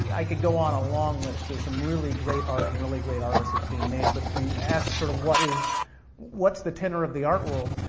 i could go on a long list, there's some really great art and really great artists that's being made, but if you ask sort of what is the tenor of the art world,